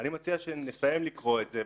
אני מציע שנסיים לקרוא את זה,